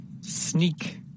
Sneak